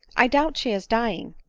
i doubt she is dying,